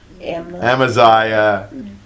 Amaziah